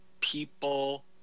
people